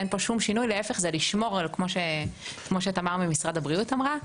אין פה שום שינוי וזה כדי לשמור כמו שתמר ממשרד הבריאות אמרה,